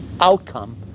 outcome